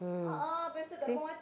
mm see